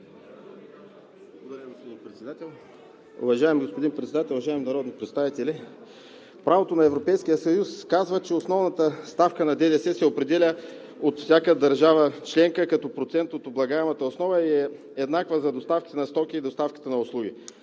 България): Уважаеми господин Председател, уважаеми народни представители! Правото на Европейския съюз казва, че основната ставка на ДДС се определя от всяка държава членка като процент от облагаемата основа и е еднаква за доставката на стоки и доставката на услуги.